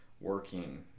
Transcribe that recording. working